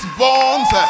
bones